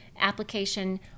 application